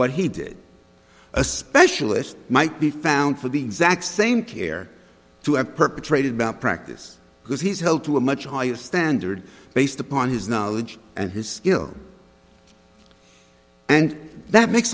what he did a specialist might be found for the exact same care to have perpetrated by practice because he's held to a much higher standard based upon his knowledge and his skill and that makes